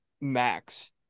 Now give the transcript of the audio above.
Max